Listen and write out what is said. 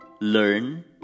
learn